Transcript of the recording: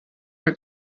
que